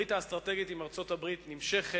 הברית האסטרטגית עם ארצות-הברית נמשכת